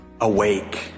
awake